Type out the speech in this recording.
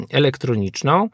elektroniczną